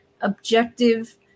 objective